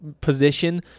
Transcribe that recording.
position